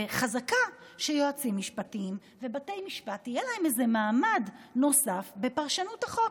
וחזקה שליועצים משפטיים ובתי משפט יהיה איזה מעמד נוסף בפרשנות החוק.